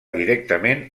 directament